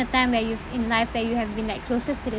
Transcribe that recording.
time where you've in life where you have been like closest to the